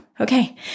okay